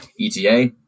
ETA